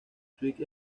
suite